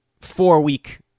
four-week